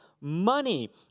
Money